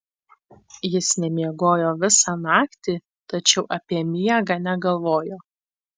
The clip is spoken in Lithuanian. jis nemiegojo visą naktį tačiau apie miegą negalvojo